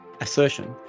assertion